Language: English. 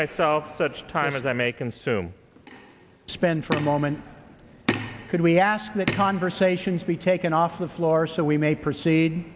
myself such time as i may consume spend for a moment could we ask the conversations be taken off the floor so we may proceed